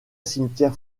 cimetière